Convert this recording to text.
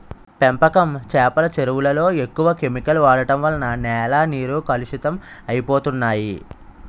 పెంపకం చేపల చెరువులలో ఎక్కువ కెమికల్ వాడడం వలన నేల నీరు కలుషితం అయిపోతన్నాయి